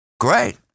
Great